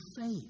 faith